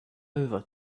over